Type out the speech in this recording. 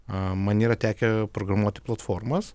a man yra tekę programuoti platformas